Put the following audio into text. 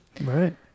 right